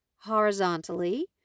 horizontally